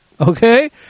Okay